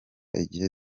igihe